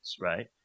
right